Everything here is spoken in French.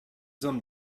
hommes